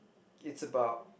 it's about